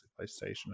PlayStation